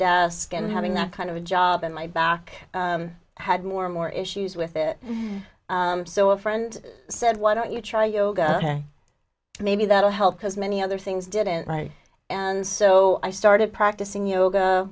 desk and having that kind of a job in my back had more and more issues with it so a friend said why don't you try yoga maybe that will help because many other things didn't right and so i started practicing yoga